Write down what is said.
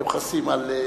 הם חסים על,